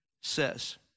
says